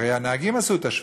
הרי הנהגים עשו את השביתה,